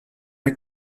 der